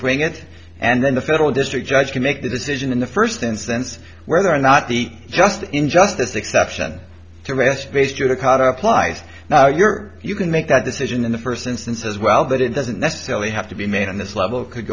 bring it and then the federal district judge can make the decision in the first instance whether or not the just in justice exception to rest based judicata applies now you're you can make that decision in the first instance as well that it doesn't necessarily have to be made on this level could